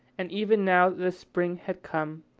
and even now that the spring had come,